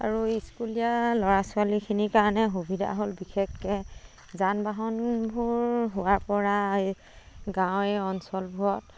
আৰু স্কুলীয়া ল'ৰা ছোৱালীখিনিৰ কাৰণে সুবিধা হ'ল বিশেষকৈ যান বাহনবোৰ হোৱাৰ পৰা এই গাঁৱৰ এই অঞ্চলবোৰত